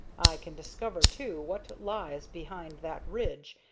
can discover, too, what lies behind that ridge,